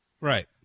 Right